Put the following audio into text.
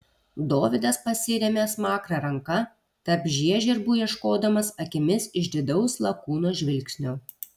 dovydas pasiremia smakrą ranka tarp žiežirbų ieškodamas akimis išdidaus lakūno žvilgsnio